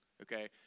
okay